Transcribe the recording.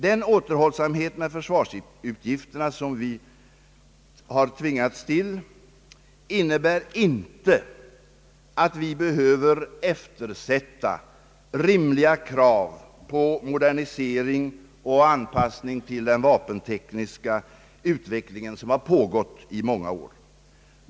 Den återhållsamhet med försvarsutgifterna som vi har tvingats till innebär inte att vi behöver eftersätta rimliga krav på den modernisering och anpassning till den vapentekniska utvecklingen som har pågått i många år.